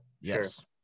yes